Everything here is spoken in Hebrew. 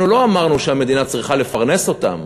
אנחנו לא אמרנו שהמדינה צריכה לפרנס אותם,